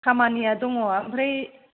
खामानिया दङ ओमफ्राय